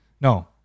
No